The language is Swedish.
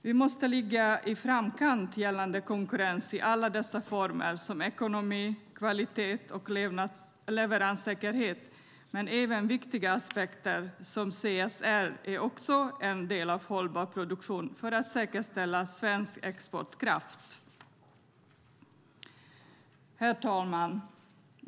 Vi måste ligga i framkant gällande konkurrens i alla dess former, som ekonomi, kvalitet och leveranssäkerhet. Även viktiga aspekter som CSR är dock en del av en hållbar produktion för att säkerställa svensk exportkraft. Herr talman!